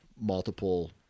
multiple